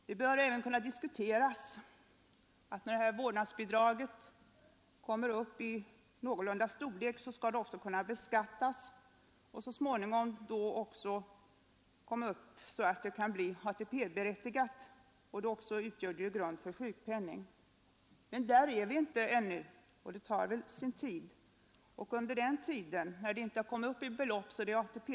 Det bör även kunna diskuteras att vårdnadsbidraget, när det har blivit någorlunda stort, också skall kunna beskattas och så småningom bli så högt att det berättigar till ATP och naturligtvis då också utgöra grund för sjukpenning. Men där är vi inte ännu, och det tar väl sin tid att komma dit.